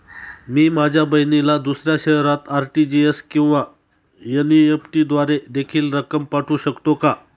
मी माझ्या बहिणीला दुसऱ्या शहरात आर.टी.जी.एस किंवा एन.इ.एफ.टी द्वारे देखील रक्कम पाठवू शकतो का?